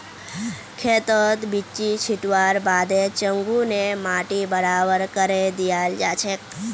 खेतत बिच्ची छिटवार बादे चंघू ने माटी बराबर करे दियाल जाछेक